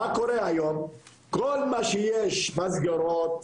מה קורה היום כל איפה שיש מסגריות,